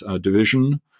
division